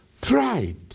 pride